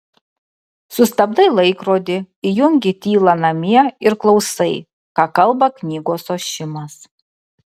sustabdai laikrodį įjungi tylą namie ir klausai ką kalba knygos ošimas